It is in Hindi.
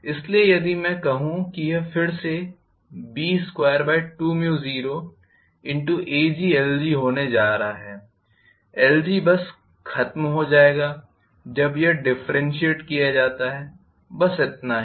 इसलिए यदि मैं कहूं कि यह फिर से B220Aglg होने जा रहा है lg बस खत्म हो जाएगा जब यह डिफरेन्षियियेट किया जाता है बस इतना ही